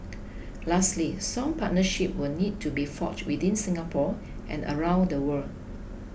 lastly strong partnerships will need to be forged within Singapore and around the world